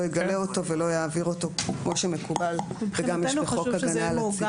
לא יגלה אותו ולא יעביר אותו כמו שמקובל וגם יש בחוק הגנה על הציבור.